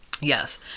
yes